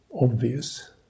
obvious